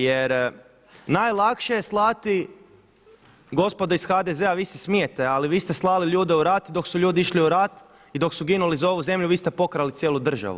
Jer najlakše je slati, gospodo iz HDZ-a vi se smijete, ali vi ste slali ljude u rat dok su ljudi išli u rat i dok su ginuli za ovu zemlju vi ste pokrali cijelu državu.